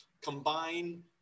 combine